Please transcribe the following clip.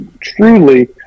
truly